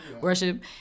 worship